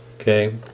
Okay